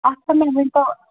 اچھا مےٚ ؤنۍ تَو